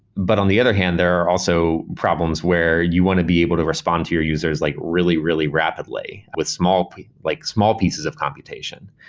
but on the other hand, there are also problems where you want to be able to respond to your users like really, really rapidly with small like small pieces of capitation.